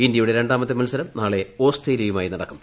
ഇന്തൃയുടെ രണ്ടാമത്തെ മത്സരം നാളെ ഓസ്ട്രേലിയയുമായി നടക്കും